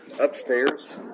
upstairs